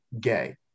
gay